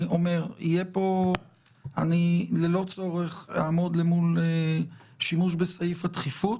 אני אומר: ללא צורך אעמוד למול שימוש בסעיף הדחיפות